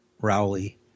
Rowley